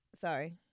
Sorry